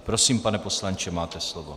Prosím, pane poslanče, máte slovo.